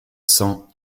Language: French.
cents